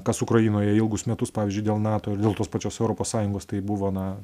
kas ukrainoje ilgus metus pavyzdžiui dėl nato ir dėl tos pačios europos sąjungos tai buvo na